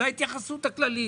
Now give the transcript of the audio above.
זה ההתייחסות הכללית.